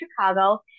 Chicago